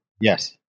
Yes